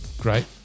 Great